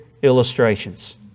illustrations